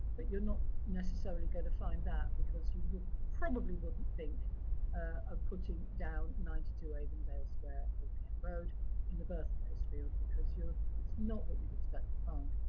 but you're not necessarily going to find that because you probably wouldn't think of putting down ninety two avendale square, old kent road in the birth place field, because it's not what you'd expect to find.